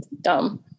dumb